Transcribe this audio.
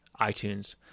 iTunes